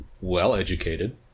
well-educated